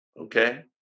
Okay